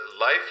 life